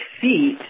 feet